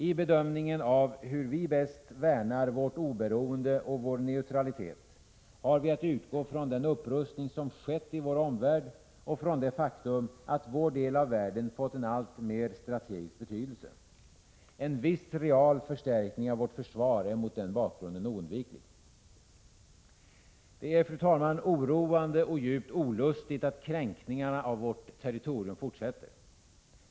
I bedömningen av hur vi bäst värnar vårt oberoende och vår neutralitet, har vi att utgå från den upprustning som skett i vår omvärld och från det faktum att vår del av världen fått en alltmer strategisk betydelse. En viss real förstärkning av vårt försvar är mot den bakgrunden oundviklig. Det är, fru talman, oroande och djupt olustigt att kränkningarna av vårt territorium fortsätter.